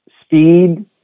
speed